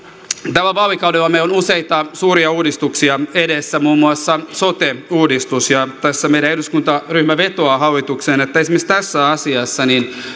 tällä vaalikaudella meillä on useita suuria uudistuksia edessä muun muassa sote uudistus ja tässä meidän eduskuntaryhmämme vetoaa hallitukseen että esimerkiksi tässä asiassa